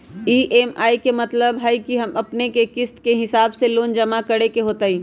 EMI के मतलब है कि अपने के किस्त के हिसाब से लोन जमा करे के होतेई?